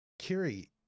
Kiri